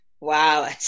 Wow